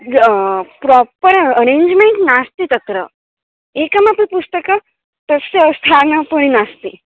या proper arrangement नास्ति तत्र एकमपि पुस्तकं तस्य स्थानस्य उपरि नास्ति